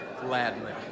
gladly